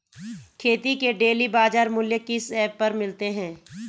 खेती के डेली बाज़ार मूल्य किस ऐप पर मिलते हैं?